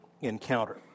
encounter